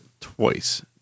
twice